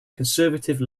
conservative